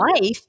life